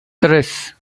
tres